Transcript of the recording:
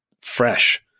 fresh